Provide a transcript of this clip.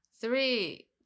Three